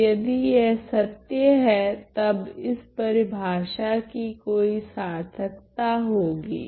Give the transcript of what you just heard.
तो यदि यह सत्य है तब इस परिभाषा कि कोई सार्थकता होगी